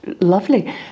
lovely